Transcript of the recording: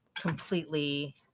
completely